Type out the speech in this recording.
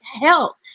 help